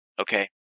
Okay